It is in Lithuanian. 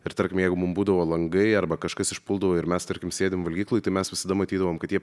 ir tarkim jeigu mum būdavo langai arba kažkas išpuldavo ir mes tarkim sėdim valgykloj tai mes visada matydavom kad jie